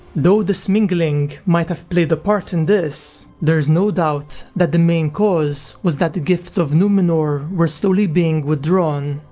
though this mingling might have played a part in this, there's no doubt that the main cause was that the gifts of numenor were slowly being withdrawn,